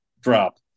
drop